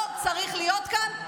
לא צריך להיות כאן,